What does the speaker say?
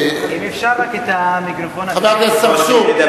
אם אפשר את המיקרופון, אדוני היושב-ראש.